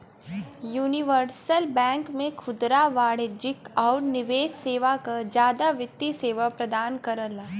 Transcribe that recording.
universal bank में खुदरा वाणिज्यिक आउर निवेश सेवा क जादा वित्तीय सेवा प्रदान करला